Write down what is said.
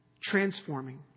transforming